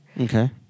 Okay